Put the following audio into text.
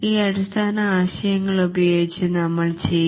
ഈ അടിസ്ഥാന ആശയങ്ങൾ ഉപയോഗിച്ച് നമ്മൾ ചെയ്യും